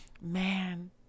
man